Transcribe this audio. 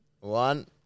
one